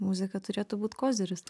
muzika turėtų būt koziris